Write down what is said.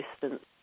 distance